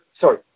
Sorry